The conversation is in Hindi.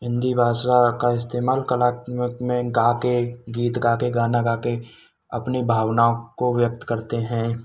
हिन्दी भाषा का इस्तेमाल कला में गाकर गीत गाकर गाना गाकर अपनी भावनाओं को व्यक्त करते हैं